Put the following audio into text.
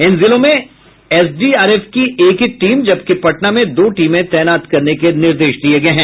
इन जिलों में एसडीआरएफ की एक एक टीम जबकि पटना में दो टीमें तैनात करने के निर्देश दिये गये हैं